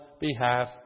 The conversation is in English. behalf